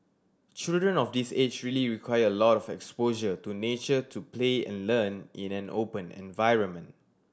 children of this age really require a lot of exposure to nature to play and learn in an open environment